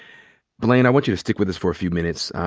blayne, i want you to stick with us for a few minutes.